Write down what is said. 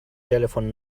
telephone